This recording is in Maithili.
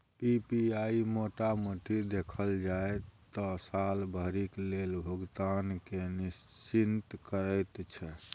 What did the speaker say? पी.पी.आई मोटा मोटी देखल जाइ त साल भरिक लेल भुगतान केँ निश्चिंत करैत छै